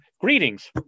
greetings